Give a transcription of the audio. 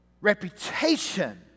reputation